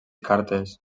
cartes